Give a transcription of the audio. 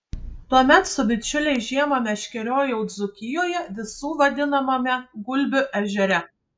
tuomet su bičiuliais žiemą meškeriojau dzūkijoje visų vadinamame gulbių ežere